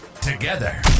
together